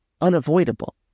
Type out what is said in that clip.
unavoidable